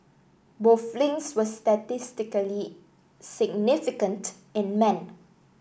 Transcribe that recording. both links were statistically significant in men